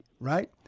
right